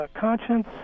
conscience